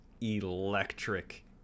electric